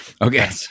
Okay